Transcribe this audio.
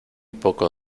poco